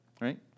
right